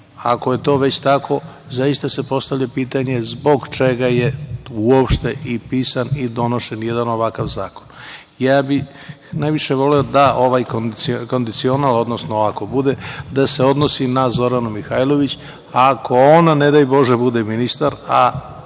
Ako je to već tako, zaista se postavlja pitanje zbog čega je uopšte pisan i donošen jedan ovakav zakon. Najviše bih voleo da ovaj kondicional, odnosno ako bude, da se odnosi na Zoranu Mihajlović, a ako ona ne daj bože bude ministar, a